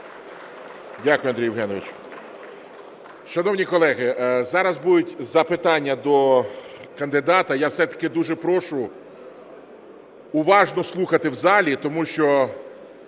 Дякую, Андрій Євгенович. Шановні колеги, зараз будуть запитання до кандидата. Я все-таки дуже прошу уважно слухати в залі, тому що